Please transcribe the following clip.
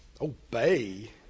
obey